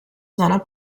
zona